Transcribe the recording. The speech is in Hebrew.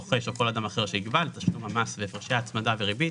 הרוכש או כל אדם אחר שיקבע לתשלום המס והפרשי הצמדה וריבית